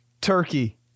turkey